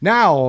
Now